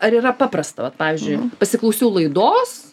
ar yra paprasta vat pavyzdžiui pasiklausiau laidos